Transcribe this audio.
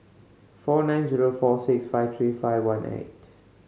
four nine zero four six five three five one eight